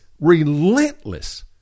relentless